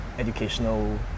educational